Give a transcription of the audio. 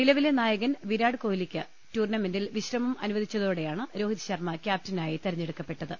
നിലവിലെ നായ കൻ വിരാട് കൊഹ്ലിക്ക് ടൂർണ്ണമെന്റിൽ വിശ്രമം അനുവദിച്ചതോടെയാണ് രോഹിത് ശർമ്മ ക്യാപ്റ്റനായി തെരഞ്ഞെടുക്കപ്പെട്ടത്